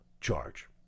charge